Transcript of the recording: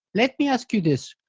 let me ask you this,